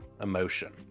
emotion